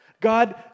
God